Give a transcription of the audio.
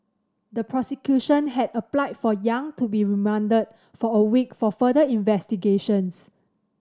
the prosecution had applied for Yang to be remanded for a week for further investigations